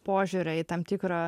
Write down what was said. požiūrio į tam tikrą